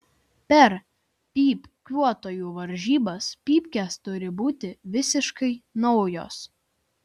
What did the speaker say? per pypkiuotojų varžybas pypkės turi būti visiškai naujos